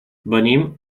venim